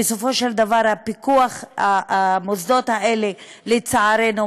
ובסופו של דבר המוסדות האלה מנוהלים,